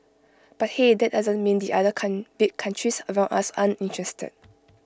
but hey that doesn't mean the other con big countries around us aren't interested